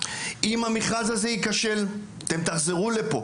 אם המכרז הזה ייכשל אתם תחזרו לפה